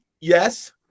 yes